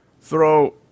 throw